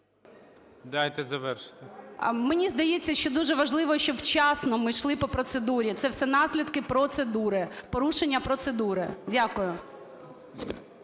Дайте завершити. ГЕРАЩЕНКО І.В. Мені здається, що дуже важливо, щоб вчасно ми йшли по процедурі. Це все наслідки процедури. Порушення процедури. Дякую.